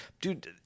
Dude